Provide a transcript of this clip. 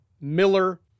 Miller